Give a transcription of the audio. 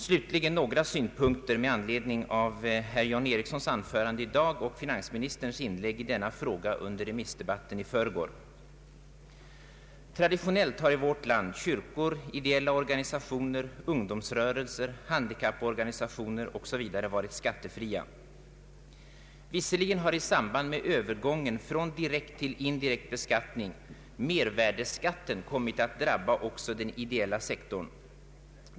Slutligen kan några synpunkter vara motiverade med anledning av herr John Ericssons anförande i dag och finansministerns inlägg i denna fråga under remissdebatten i förrgår. Traditionellt har i vårt land kyrkor, ideella organisationer, ungdomsrörelser och handikapporganisationer osv. varit skattefria. Visserligen har i samband med övergången från direkt till indirekt beskattning mervärdeskatten kommit att drabba också den ideella sektorn.